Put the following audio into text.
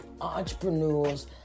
entrepreneurs